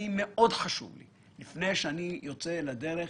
מאוד חשוב לי, וזה עוד לפני שאני יוצא לדרך,